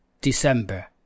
december